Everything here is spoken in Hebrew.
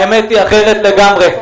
האמת היא אחרת לגמרי.